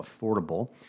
affordable